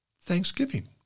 Thanksgiving